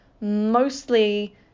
mostly